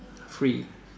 free